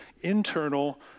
internal